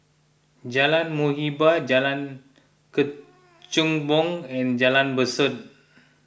Jalan Muhibbah Jalan Kechubong and Jalan Besut